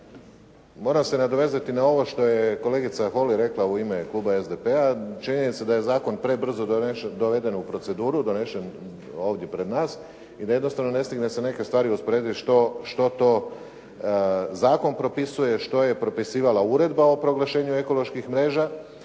Moram se nadovezati na ovo što je kolegica Holy rekla u ime kluba SDP-a čini mi se da je zakon prebrzo doveden u proceduru, donesen ovdje pred nas i jednostavno ne stigne se neke stvari usporediti što to zakon propisuje, što je propisivala uredba o proglašenju ekoloških mreža,